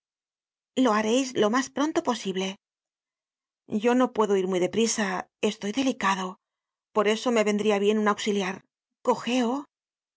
lo hareis lo mas pronto posible yo no puedo ir muy de prisa estoy delicado por eso me vendría bien un auxiliar cojeo el